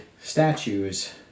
statues